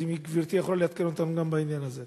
אז אם גברתי יכולה לעדכן אותנו גם בעניין הזה.